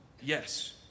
Yes